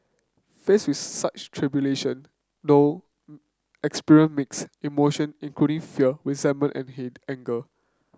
faced with such tribulation Thong experience mixed emotion including fear resentment and hit anger